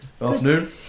afternoon